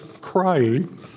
crying